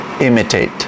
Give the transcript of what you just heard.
imitate